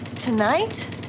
Tonight